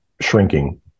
shrinking